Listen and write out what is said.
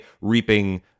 reaping